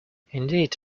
indeed